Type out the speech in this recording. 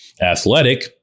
athletic